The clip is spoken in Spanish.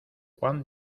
juan